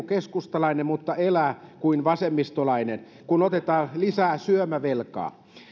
keskustalainen mutta elää kuin vasemmistolainen kun otetaan lisää syömävelkaa